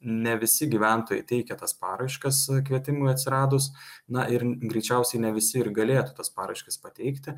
ne visi gyventojai teikia tas paraiškas kvietimui atsiradus na ir greičiausiai ne visi ir galėtų tas paraiškas pateikti